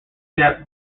gap